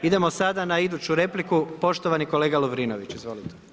Idemo sada na iduću repliku, poštovani kolega Lovrinović, izvolite.